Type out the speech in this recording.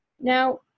Now